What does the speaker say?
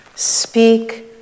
Speak